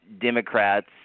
Democrats